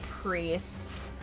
Priests